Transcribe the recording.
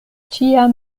tiam